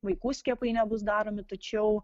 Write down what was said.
vaikų skiepai nebus daromi tačiau